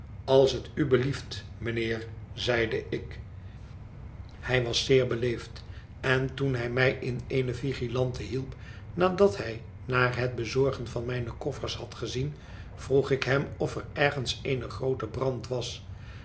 als het u belieft mijnheer zeide ik hij was zeer beleefd en toen hij mij in eene vigilante hielp nadat hij naar het bezorgen van mijne koffers had gezien vroeg ik hem of er ergens een groote brand was